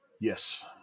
Yes